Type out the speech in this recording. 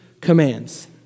commands